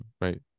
right